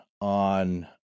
on